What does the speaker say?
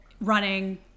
running